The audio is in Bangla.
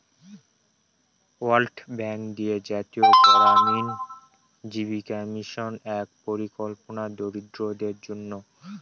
ওয়ার্ল্ড ব্যাঙ্ক দিয়ে জাতীয় গড়ামিন জীবিকা মিশন এক পরিকল্পনা দরিদ্রদের জন্য